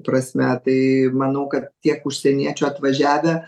prasme tai manau kad tiek užsieniečių atvažiavę